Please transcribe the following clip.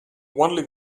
only